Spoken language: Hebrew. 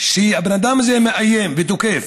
שהבן אדם הזה מאיים ותוקף,